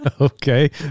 Okay